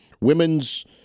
Women's